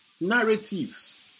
narratives